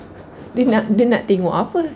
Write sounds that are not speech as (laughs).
(laughs) dia nak dia nak tengok apa